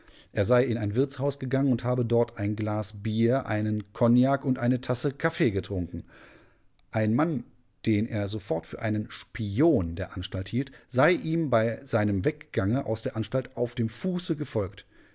er sei in ein wirtshaus gegangen und habe dort ein glas bier einen kognak und eine tasse kaffee getrunken ein mann den er sofort für einen spion der anstalt hielt sei ihm bei seinem weggange aus der anstalt auf dem fuße gefolgt